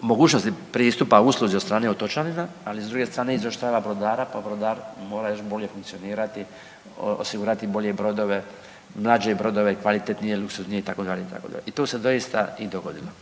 mogućnosti pristupa usluzi od strane otočanina, ali s druge strane izoštrava brodara, pa brodar mora još bolje funkcionirati, osigurati bolje brodove, mlađe brodove, kvalitetnije i luksuznije itd., itd. i to se doista i dogodilo.